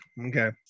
okay